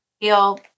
feel